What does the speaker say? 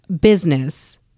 business